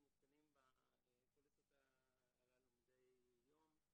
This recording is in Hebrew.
אנחנו נתקלים בפוליסות הללו מדיי יום.